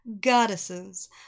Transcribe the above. goddesses